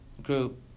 Group